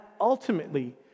ultimately